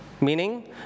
Meaning